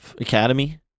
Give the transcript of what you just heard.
Academy